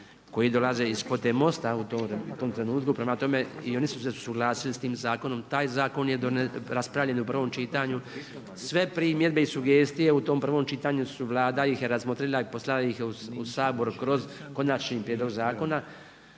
koji dolaze iz kvote MOST-a u tom trenutku. Prema tome i oni su se suglasili s tim zakonom. Taj zakon je raspravljen u prvom čitanju. Sve primjedbe i sugestije u tom prvom čitanju su, Vlada ih je razmotrila i poslala ih je u Sabor kroz konačni prijedlog zakona.